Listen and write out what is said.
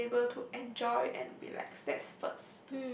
be able to enjoy and relax that's a first